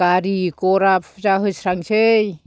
गारि गरा फुजा होस्रांनोसै